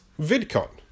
VidCon